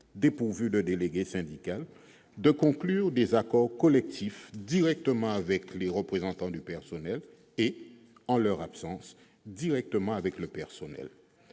dépourvues de délégué syndical de conclure des accords collectifs directement avec les représentants du personnel et, en leur absence, directement avec le personnel.